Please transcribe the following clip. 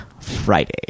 Friday